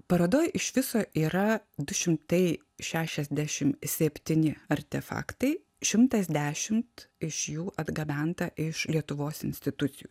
parodoj iš viso yra du šimtai šešiasdešim septyni artefaktai šimtas dešimt iš jų atgabenta iš lietuvos institucijų